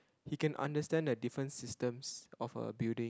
he can understand the different systems of a building